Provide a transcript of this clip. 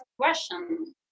question